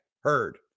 heard